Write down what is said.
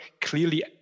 clearly